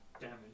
damage